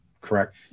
correct